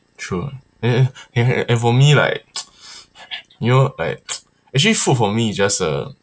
sure and and for me like you know like actually food for me is just a